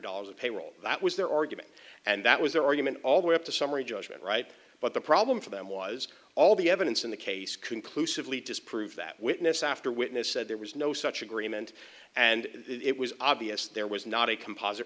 dollars of payroll that was their argument and that was their argument all the way up to summary judgment right but the problem for them was all the evidence in the case conclusively disprove that witness after witness said there was no such agreement and it was obvious there was not a composite